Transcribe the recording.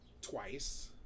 twice